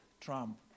trump